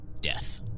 death